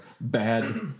bad